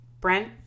Brent